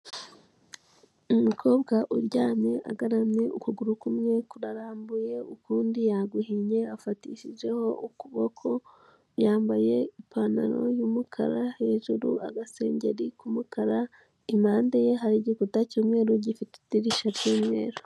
Umukobwa uryamye agaramye, ukuguru kumwe kurarambuye, ukundi yaguhinnye afatishijeho ukuboko, yambaye ipantaro y'umukara, hejuru agasengeri k'umukara, impande ye hari igikuta cy'umweru, gifite idirishya ry'umweru.